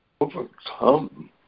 overcome